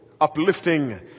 uplifting